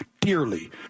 dearly